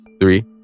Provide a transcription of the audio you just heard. Three